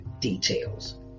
details